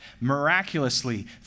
miraculously